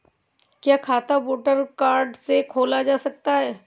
क्या खाता voter card से खोला जा सकता है?